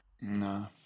No